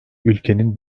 ülkenin